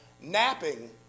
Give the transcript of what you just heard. napping